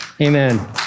Amen